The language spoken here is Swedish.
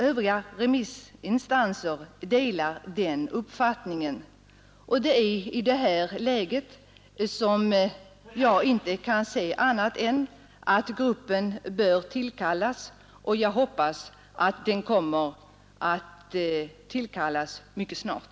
Övriga remissinstanser delar den uppfattningen, och det är i detta läge som jag inte kan se annat än att gruppen bör tillkallas, och jag hoppas att det kommer att ske mycket snart.